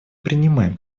принимаем